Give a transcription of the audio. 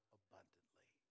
abundantly